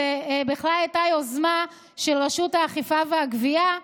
זאת בכלל הייתה יוזמה של רשות האכיפה והגבייה,